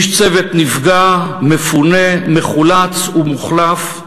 איש צוות נפגע, מפונה, מחולץ ומוחלף.